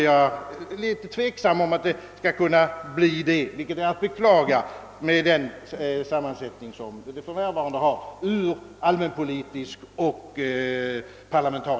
Jag är litet tveksam, om det kan bli så — vilket är beklagligt — med den allmänpolitiska sammansättning som rådet för närvarande har.